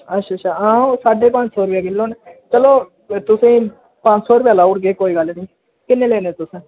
अच्छा अच्छा हां ओह् साड्ढे पंज सौ रपेआ किल्लो न चलो तुसेंगी पंज सौ रपेआ लाउड़गे कोई गल्ल नी किन्ने लैने तुसें